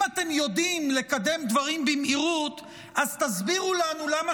אם אתם יודעים לקדם דברים במהירות אז תסבירו לנו למה